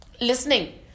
listening